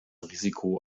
risiko